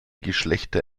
geschlechter